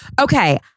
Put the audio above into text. Okay